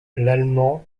l’allemand